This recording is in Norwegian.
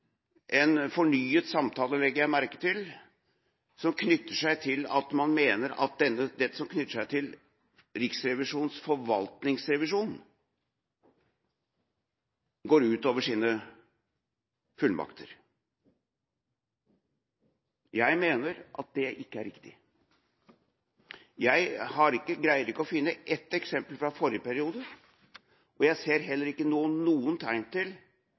seg til at man mener at det som er knyttet til Riksrevisjonens forvaltningsrevisjon, går ut over sine fullmakter. Jeg mener at det ikke er riktig. Jeg greier ikke å finne ett eksempel fra forrige periode, og jeg ser heller ikke nå noen tegn til